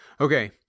Okay